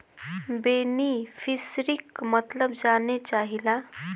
बेनिफिसरीक मतलब जाने चाहीला?